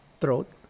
throat